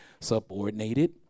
subordinated